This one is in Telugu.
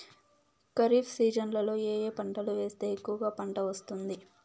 ఖరీఫ్ సీజన్లలో ఏ ఏ పంటలు వేస్తే ఎక్కువగా పంట వస్తుంది?